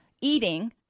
eating